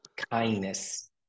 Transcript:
Kindness